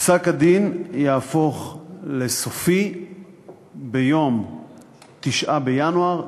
פסק-הדין יהפוך לסופי ביום 9 בינואר,